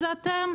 זה אתם,